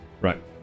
right